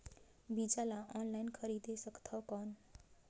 बीजा ला ऑनलाइन खरीदे सकथव कौन?